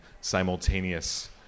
simultaneous